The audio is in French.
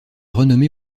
renommé